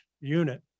unit